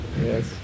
yes